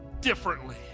differently